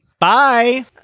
Bye